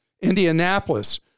Indianapolis